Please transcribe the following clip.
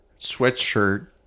sweatshirt